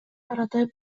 арада